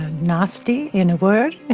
nasty, in a word.